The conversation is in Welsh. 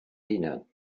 hunan